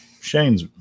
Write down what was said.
Shane's